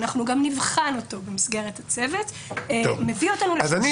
אנחנו גם נבחן אותו במסגרת הצוות מביא אותנו